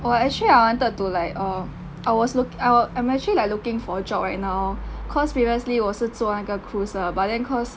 oh actually I wanted to like err I was look I was I'm actually like looking for a job right now cause previously 我是做那个 cruise 的 but then cause